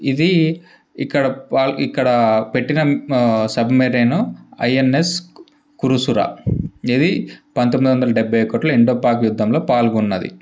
ఇది ఇక్కడ పాల్ ఇక్కడ పెట్టిన సబ్మెరీన్ ఐఎన్ఎస్ కుర్సురా ఇది పంతొమ్మిది వందల డెబ్బై ఒకటిలో ఇండో పాక్ యుద్ధంలో పాల్గొన్నది